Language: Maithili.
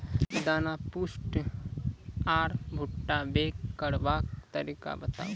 दाना पुष्ट आर भूट्टा पैग करबाक तरीका बताऊ?